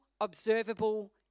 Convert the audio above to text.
observable